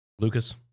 Lucas